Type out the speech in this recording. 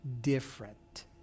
different